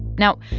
now,